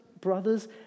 brothers